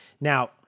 Now